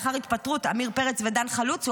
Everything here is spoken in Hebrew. לאחר התפטרות עמיר פרץ ודן חלוץ,